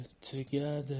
together